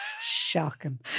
Shocking